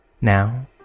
Now